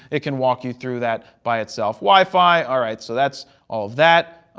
it can walk you through that by itself. wi-fi, all right, so that's all of that.